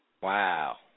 Wow